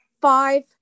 five